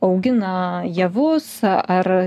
augina javus ar